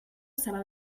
serà